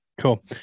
Cool